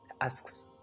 asks